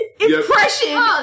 Impression